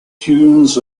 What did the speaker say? dunes